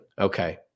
Okay